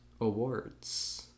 awards